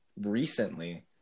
recently